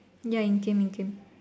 ya it came it came